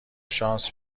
شانس